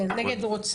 כן, נגד רוצח.